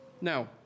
Now